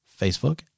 Facebook